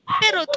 pero